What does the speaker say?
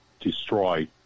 destroyed